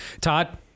Todd